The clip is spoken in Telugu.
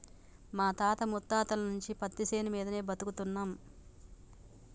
మా తాత ముత్తాతల నుంచి పత్తిశేను మీదనే బతుకుతున్నం